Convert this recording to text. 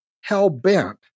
hell-bent